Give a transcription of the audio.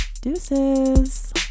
deuces